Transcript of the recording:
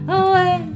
away